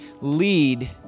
lead